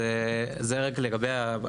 זה רק לגבי ענף ההטלה.